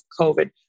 COVID